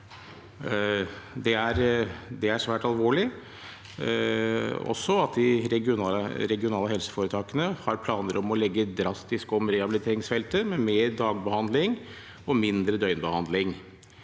Det er svært alvorlig – også at de regionale helseforetakene har planer om å legge drastisk om rehabiliteringsfeltet, med mer dagbehandling og mindre døgnbehandling